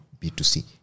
B2C